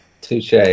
Touche